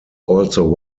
also